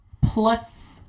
plus